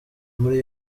muri